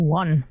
one